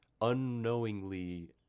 Unknowingly